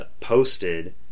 posted